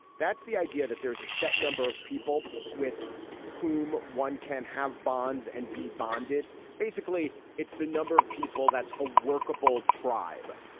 that's the idea that there's a set number of people with whom one can have bonds and be bonded. basically, it's the number of people that's a workable tribe.